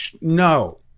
no